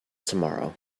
tomorrow